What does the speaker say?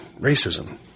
racism